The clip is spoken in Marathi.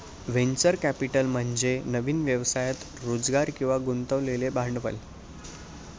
व्हेंचर कॅपिटल म्हणजे नवीन व्यवसायात रोजगार किंवा गुंतवलेले भांडवल